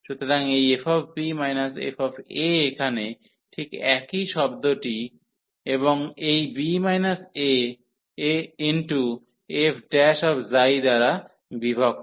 সুতরাং এই fb fa এখানে ঠিক একই শব্দটি এবং এই f দ্বারা বিভক্ত